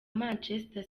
manchester